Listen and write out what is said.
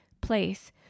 place